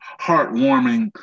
heartwarming